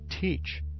teach